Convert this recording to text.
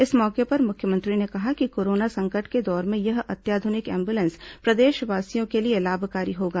इस मौके पर मुख्यमंत्री ने कहा कि कोरोना संकट के दौर में यह अत्याधुनिक एंबुलेंस प्रदेशवासियों के लिए लाभकारी होगा